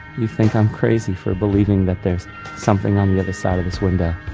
you think i'm crazy for believing that there is something on the other side of this window.